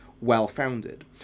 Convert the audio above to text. well-founded